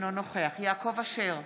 אינו נוכח יעקב אשר,